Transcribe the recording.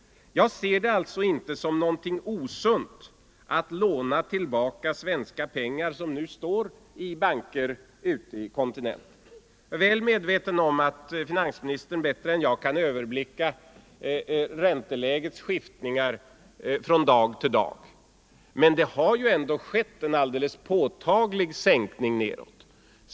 Jag ser det alltså inte som någonting osunt att låna tillbaka svenska pengar som nu står i banker ute på kontinenten. Jag är väl medveten om att finansministern bättre än jag kan överblicka räntelägets skiftningar från dag till dag. Men det har ändå skett en alldeles påtaglig sänkning.